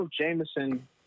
Jameson